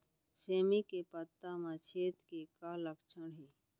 सेमी के पत्ता म छेद के का लक्षण हे?